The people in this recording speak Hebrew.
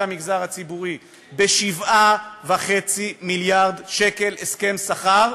המגזר הציבורי ב-7.5 מיליארד שקל הסכם שכר,